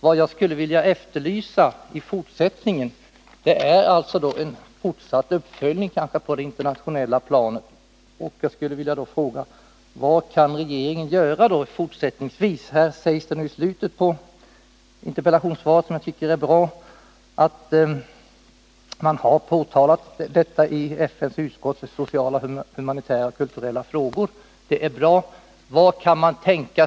Men jag skulle vilja efterlysa en fortsatt uppföljning på det internationella planet. Och jag vill fråga: Vad kan regeringen göra fortsättningsvis? I slutet av interpellationssvaret sägs det att man från svensk sida i FN:s utskott för sociala, humanitära och kulturella frågor har påtalat det som sker i Iran, och det är bra.